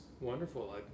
wonderful